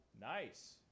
Nice